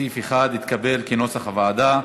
סעיף 1 התקבל כנוסח הוועדה.